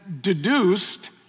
deduced